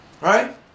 right